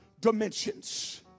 dimensions